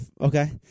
okay